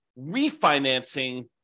refinancing